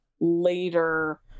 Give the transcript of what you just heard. later